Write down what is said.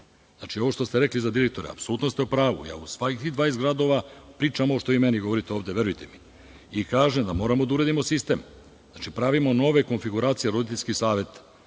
Ovo što ste rekli za direktora, apsolutno ste u pravu. Ja u svih 20 gradova pričam ovo što vi meni govorite ovde, verujte mi. Kažem vam, moramo da uredimo sistem, znači, pravimo nove konfiguracije, roditeljski savet